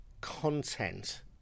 content